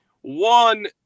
One